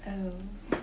oh